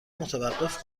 متوقف